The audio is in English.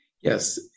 Yes